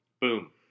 Boom